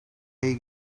ayı